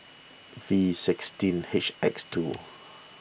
V sixteen H X two